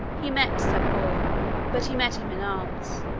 he met sapor but he met him in arms.